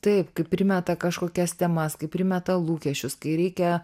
taip kai primeta kažkokias temas kai primeta lūkesčius kai reikia